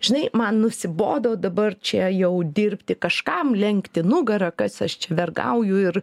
žinai man nusibodo dabar čia jau dirbti kažkam lenkti nugarą kas aš čia vergauju ir